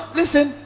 listen